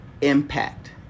impact